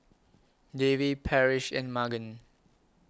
Davy Parrish and Magen